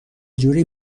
جوری